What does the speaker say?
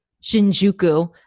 Shinjuku